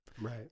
Right